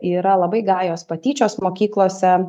yra labai gajos patyčios mokyklose